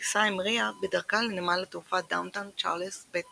הטיסה המריאה בדרכה לנמל התעופה דאונטאון צ'ארלס ב.